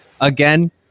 Again